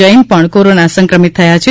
જૈન પણ કોરોના સંક્રમીત થયા છે